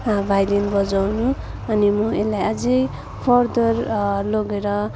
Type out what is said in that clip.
violin बजाउनु अनि म यसलाई अझ फर्दर लगेर